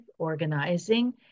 organizing